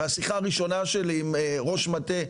והשיחה הראשונה שלי עם ראש מטה,